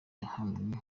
yahawe